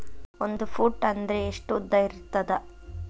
ಒಂದು ಫೂಟ್ ಅಂದ್ರೆ ಎಷ್ಟು ಉದ್ದ ಇರುತ್ತದ?